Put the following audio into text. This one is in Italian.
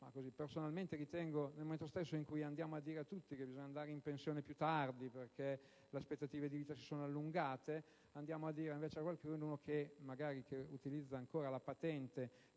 solo che nello stesso momento in cui andiamo a dire a tutti che bisogna andare in pensione più tardi perché le aspettative di vita si sono allungate, andiamo invece a dire a qualcuno (che magari utilizza ancora la patente